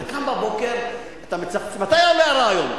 אתה קם בבוקר, אתה מצחצח, מתי עולה הרעיון?